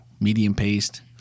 medium-paced